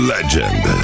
Legend